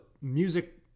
music